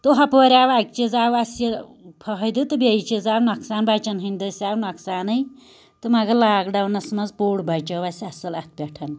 تہٕ ہۄپٲرۍ آو اَکہِ چیٖز آو اسہِ یہِ فٲیدٕ تہٕ بیٚیہِ چیٖز آو نۄقصان بَچن ہنٛدۍ دٔسۍ آو نۄقصانٕے تہٕ مَگر لاک ڈَوُنَس منٛز پوٚر بَچو اسہِ اصٕل اَتھ پٮ۪ٹھ